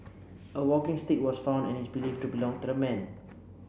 a walking stick was found and is believed to belong to the men